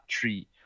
three